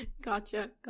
gotcha